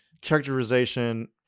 Characterization